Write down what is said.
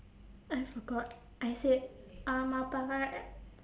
I forgot I said